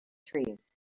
trees